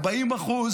40%,